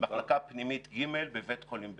מחלקה פנימית ג' בבית חולים בילינסון.